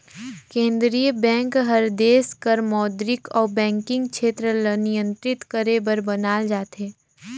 केंद्रीय बेंक हर देस कर मौद्रिक अउ बैंकिंग छेत्र ल नियंत्रित करे बर बनाल जाथे